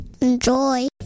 Enjoy